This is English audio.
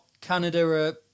Canada